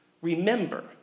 Remember